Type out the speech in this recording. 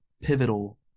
pivotal